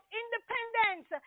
independence